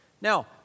Now